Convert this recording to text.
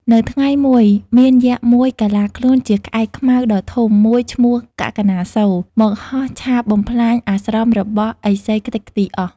នៅថ្ងៃមួយ មានយក្សមួយកាឡាខ្លួនជាក្អែកខ្មៅដ៏ធំ មួយឈ្មោះកាកនាសូរ មកហោះឆាបបំផ្លាញអាស្រមរបស់ឥសីខ្ទេចខ្ទីអស់។